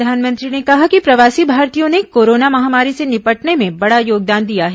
प्रधानमंत्री ने कहा कि प्रवासी भारतीयों ने कोरोना महामारी से निपटने में बडा योगदान दिया है